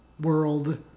world